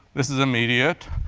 this is immediate.